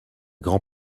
grand